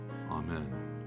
Amen